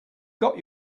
got